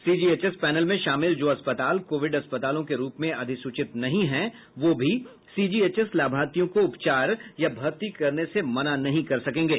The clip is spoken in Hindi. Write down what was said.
सीजीएचएस पैनल में शामिल जो अस्पताल कोविड अस्पतालों के रूप में अधिसूचित नहीं है वो भी सीजीएचएस लाभार्थियों को उपचार या भर्ती करने से मना नहीं कर सकेंगे